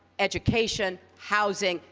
education, housing,